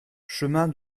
chemin